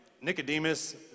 Nicodemus